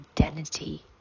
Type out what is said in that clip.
identity